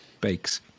Bakes